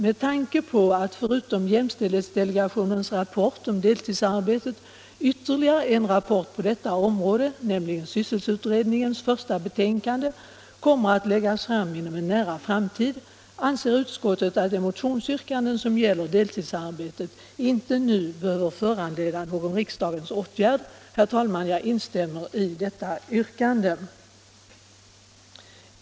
Med tanke på att förutom jämställdhetsdelegationens rapport om deltidsarbete ytterligare en rapport på detta område, nämligen sysselsättningsutredningens första betänkande, kommer inom en nära framtid anser utskottet att de motionsyrkanden som gäller deltidsarbetet inte nu bör föranleda någon riksdagens åtgärd. Herr talman, jag instämmer i detta yrkande.